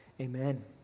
amen